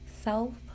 self